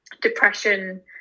Depression